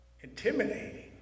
intimidating